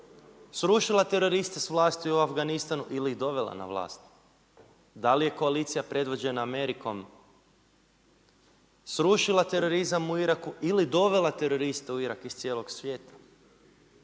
srušila teroriste s vlasti u Afganistanu ili ih dovela na vlast? Da li je koalicija predvođena Amerikom srušila terorizam u Iraku, ili dovela teroriste u Irak iz cijelog svijeta?